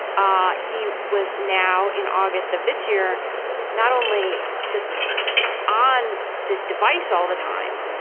ah he was now in august of this year not only just on this device all the time.